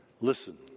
Listen